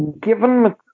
given